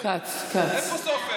כץ, כץ.